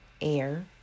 air